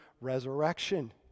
resurrection